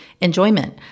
enjoyment